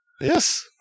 Yes